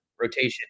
rotation